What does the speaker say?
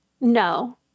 no